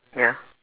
ya